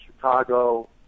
Chicago